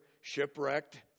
shipwrecked